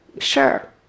Sure